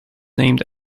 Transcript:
named